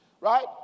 right